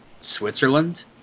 switzerland